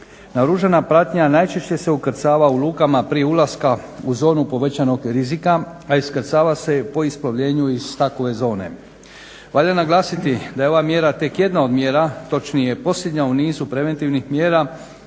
Naoružana pratnja najčešće se ukrcava u lukama prije ulaska u zonu povećanog rizika, a iskrcava se po isplovljenju iz takove zone. Valja naglasiti da je ova mjera tek jedna od mjera točnije posljednja u nizu preventivnih mjera